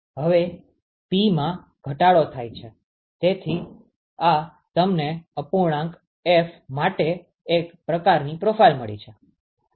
હવે Pમાં ઘટાડો થયો છે તેથી આ તમને અપૂર્ણાંક F માટે એક પ્રકારની પ્રોફાઇલ મળી છે